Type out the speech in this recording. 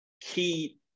key